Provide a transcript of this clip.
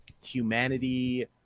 humanity